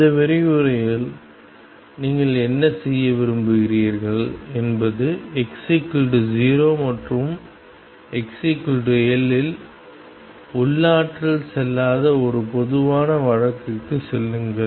இந்த விரிவுரையில் நீங்கள் என்ன செய்ய விரும்புகிறீர்கள் என்பது x0 மற்றும் xL இல் உள்ளாற்றல் செல்லாத ஒரு பொதுவான வழக்குக்குச் செல்லுங்கள்